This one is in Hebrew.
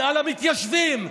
שנאה למתיישבים.